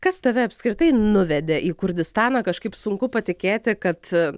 kas tave apskritai nuvedė į kurdistaną kažkaip sunku patikėti kad